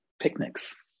picnics